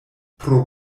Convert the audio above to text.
pro